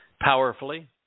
Powerfully